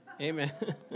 Amen